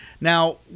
Now